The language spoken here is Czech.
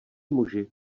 muži